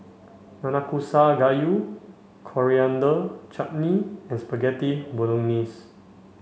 Nanakusa Gayu Coriander Chutney and Spaghetti Bolognese